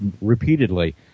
repeatedly